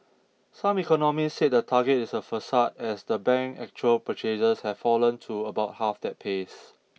some economists said the target is a facade as the bank's actual purchases have fallen to about half that pace